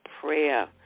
prayer